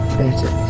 better